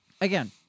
Again